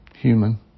human